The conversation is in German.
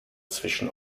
zwischen